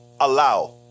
allow